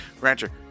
Rancher